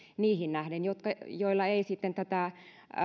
niihin nähden joilla ei tätä huojennusta